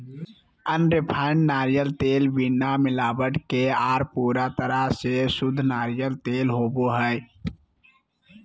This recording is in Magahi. अनरिफाइंड नारियल तेल बिना मिलावट के आर पूरा तरह से शुद्ध नारियल तेल होवो हय